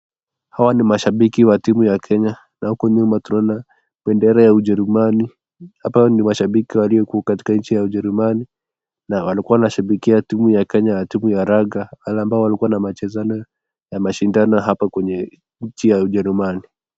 Hawa ni mashabiki wa team ya Kenya na huko nyuma tunaona bendera ya ujerumani, hapa ni mashabiki waliokuwa katika nchi ya ujerumani na walikuwa wanashabikia team ya Kenya ya team ya raga wale ambao walikuwa machezano ya mashindano hapa kwenye nchi ya ujerumani.